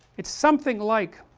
it's something like